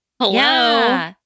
Hello